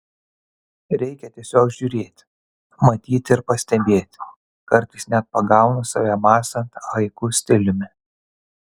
reikia tiesiog žiūrėti matyti ir pastebėti kartais net pagaunu save mąstant haiku stiliumi